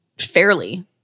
fairly